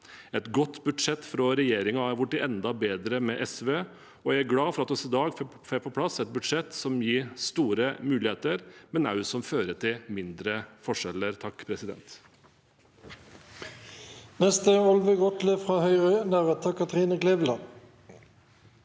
Et godt budsjett fra regjeringen har blitt enda bedre med SV. Jeg er glad for at vi i dag får på plass et budsjett som gir store muligheter, og som også fører til mindre forskjeller.